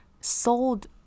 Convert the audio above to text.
sold